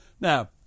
Now